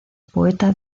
poeta